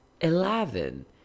Eleven